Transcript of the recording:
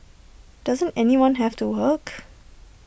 doesn't anyone have to work